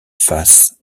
face